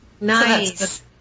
Nice